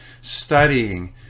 studying